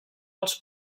els